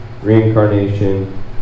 reincarnation